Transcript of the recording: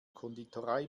konditorei